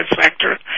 sector